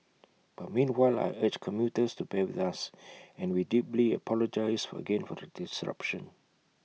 but meanwhile I urge commuters to bear with us and we deeply apologise again for the disruption